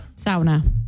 sauna